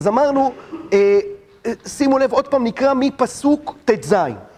אז אמרנו, שימו לב, עוד פעם נקרא מפסוק טז